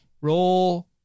Roll